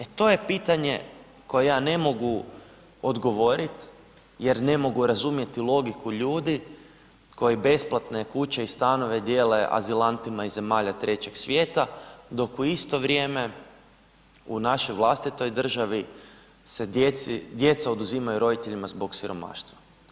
E to je pitanje na koje ja ne mogu odgovoriti jer ne mogu razumjeti logiku ljudi koji besplatne kuće i stanove dijele azilantima iz zemalja trećeg svijeta dok u isto vrijeme u našoj vlastitoj državi se djeca oduzimaju roditeljima zbog siromaštva.